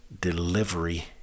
delivery